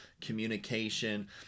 communication